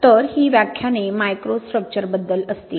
तर ही व्याख्याने मायक्रोस्ट्रक्चरबद्दल असतील